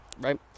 right